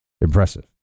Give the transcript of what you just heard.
Impressive